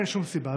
אין שום סיבה.